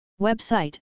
Website